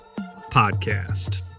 Podcast